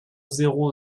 zéro